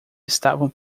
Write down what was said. estavam